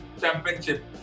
championship